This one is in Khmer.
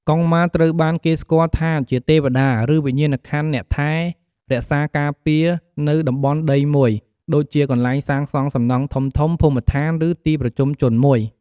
កុងម៉ាត្រូវបានគេស្គាល់ថាជាទេវតា ឬវិញ្ញាណក្ខន្ធអ្នកថែរក្សាការពារនៅតំបន់ដីមួយ ដូចជាកន្លែងសាងសង់សំណង់ធំៗ ភូមិឋាន ឬទីប្រជុំជនមួយ។